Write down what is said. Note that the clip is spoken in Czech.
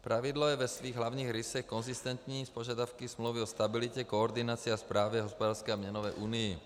Pravidlo je ve svých hlavních rysech konzistentní s požadavky Smlouvy o stabilitě, koordinaci a správě v hospodářské a měnové unii.